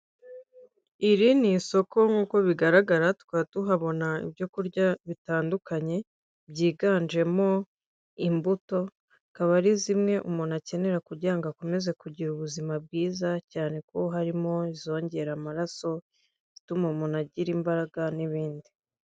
Iri ni isoko nkuko bigaragara tukaba tuhabona ibyo kurya bitandukanye byiganjemo imbuto, akaba ari zimwe umuntu akenera kugirango umuntu akomeze kugira ubuzima bwiza, cyane ko harimo izongera amaraso, izituma umuntu agira imbaraga n'ibindi.